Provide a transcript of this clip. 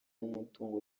n’umutungo